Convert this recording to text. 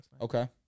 Okay